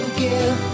give